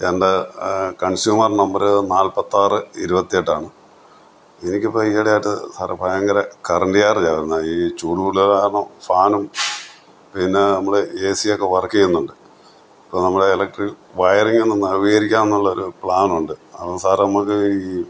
എൻ്റെ consumer number നാൽപ്പത്തിയാറ് ഇരുപത്തി എട്ടാണ് എനിക്ക് ഇപ്പോള് ഈയിടെ ആയിട്ട് സാറേ ഭയങ്കര കറണ്ട് ചാർജ് ആവുന്നെ ഈ ചൂട് കൂടൽ കാരണം ഫാനും പിന്നെ നമ്മുടെ എ സി ഒക്കെ വർക്ക് ചെയ്യുന്നുണ്ട് അപ്പോള് നമ്മുടെ ഇലക്ട്രിക് വയറിങ് ഒന്നും നവീകരിക്കാന്നുള്ളൊരു പ്ലാനുണ്ട് അപ്പോള് സാറേ നമുക്ക് ഈ